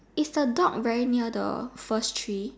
is the dog very near the first tree